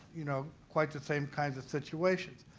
you know, quite the same kind of situation.